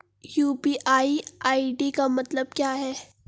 UPI ID का मतलब क्या होता है?